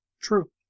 True